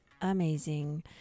amazing